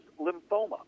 lymphoma